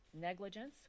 negligence